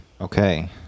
Okay